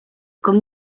comme